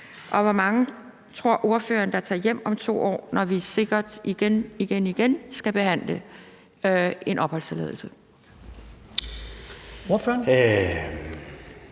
og hvor mange tror ordføreren tager hjem om 2 år, når vi sikkert igen igen skal behandle opholdstilladelser?